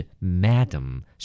Madam